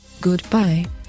Goodbye